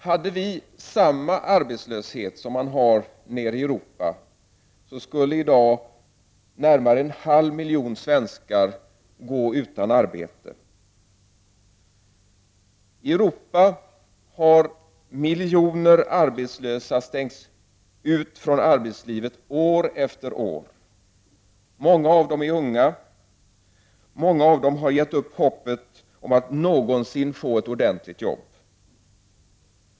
Hade vi samma arbetslöshet som man har nere i Europa, skulle i dag närmare en halv miljon svenskar gå utan arbete. I Europa har miljoner arbetslösa stängts ute från arbetslivet år efter år. Många av dem är unga. Många har givit upp hoppet om att någonsin få ett ordentligt jobb.